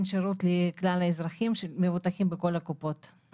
שירות לכלל האזרחים המבוטחים בכל קופות החולים,